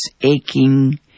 Aching